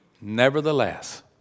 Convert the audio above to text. nevertheless